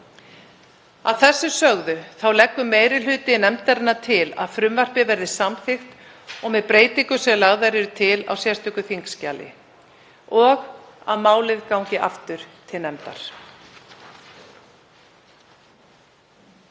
Að þessu sögðu leggur meiri hluti nefndarinnar til að frumvarpið verði samþykkt með breytingum sem lagðar eru til á sérstöku þingskjali og að málið gangi aftur til nefndar.